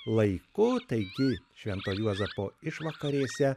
laiku taigi švento juozapo išvakarėse